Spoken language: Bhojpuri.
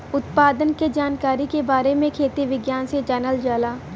उत्पादन के जानकारी के बारे में खेती विज्ञान से जानल जाला